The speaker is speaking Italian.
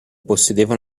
possedeva